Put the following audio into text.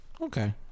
Okay